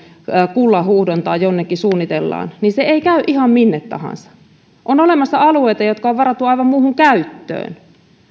kullanhuuhdontaa jonnekin suunnitellaan niin se ei käy ihan minne tahansa on olemassa alueita jotka on varattu aivan muuhun käyttöön